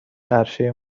عرشه